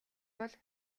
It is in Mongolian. бол